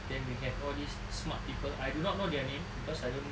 then we have all these smart people I do not know their name cause I don't